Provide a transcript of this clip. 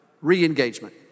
re-engagement